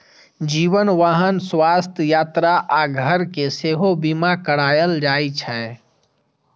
जीवन, वाहन, स्वास्थ्य, यात्रा आ घर के सेहो बीमा कराएल जाइ छै